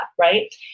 right